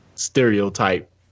stereotype